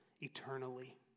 eternally